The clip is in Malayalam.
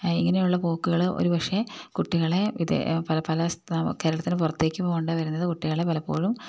ഇങ്ങനെയുള്ള പോക്കുകള് ഒരുപക്ഷേ കുട്ടികളെ ഇത് പല പല കേരളത്തിന് പുറത്തേക്ക് പോകേണ്ടിവരുന്നത് കുട്ടികളെ പലപ്പോഴും